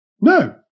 No